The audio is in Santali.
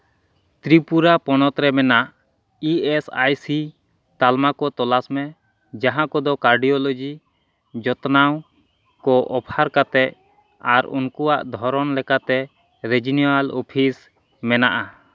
ᱛᱨᱤᱯᱩᱨᱟ ᱯᱚᱱᱚᱛ ᱨᱮ ᱢᱮᱱᱟᱜ ᱤ ᱮᱥ ᱟᱭ ᱥᱤ ᱛᱟᱞᱢᱟ ᱠᱚ ᱛᱚᱞᱟᱥ ᱢᱮ ᱡᱟᱦᱟᱸ ᱠᱚᱫᱚ ᱠᱟᱨᱰᱤᱭᱳᱞᱚᱡᱤ ᱡᱚᱛᱱᱟᱣ ᱠᱚ ᱚᱯᱷᱟᱨ ᱠᱟᱛᱮᱫ ᱟᱨ ᱩᱱᱠᱩᱣᱟᱜ ᱫᱷᱚᱨᱚᱱ ᱞᱮᱠᱟᱛᱮ ᱨᱮᱡᱤᱭᱳᱱᱟᱞ ᱚᱯᱷᱤᱥ ᱢᱮᱱᱟᱜᱼᱟ